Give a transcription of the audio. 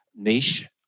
niche